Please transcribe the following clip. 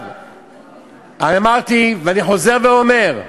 אמרתי ואני חוזר ואומר: